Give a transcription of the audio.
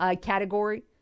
category